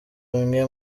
bimwe